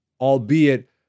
albeit